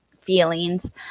feelings